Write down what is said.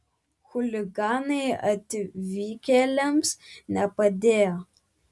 chuliganai atvykėliams nepadėjo